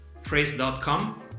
phrase.com